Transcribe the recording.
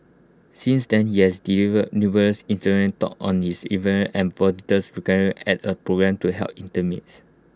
since then he has delivered numerous inspiration talks on his endeavours and volunteers at A programme to help intimates